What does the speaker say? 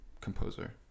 composer